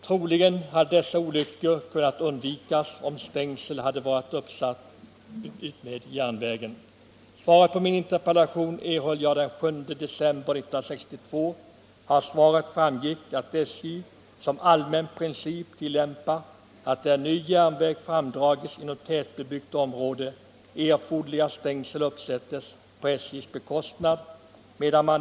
Troligen hade dessa olyckor kunnat undvikas om stängsel hade varit uppsatt utmed järnvägen. Svaret på min interpellation erhöll jag den 7 december 1962. Av svaret framgick att SJ som allmän princip tillämpar att erforderliga stängsel uppsätts på SJ:s bekostnad där ny järnväg framdrages inom tätbebyggt område.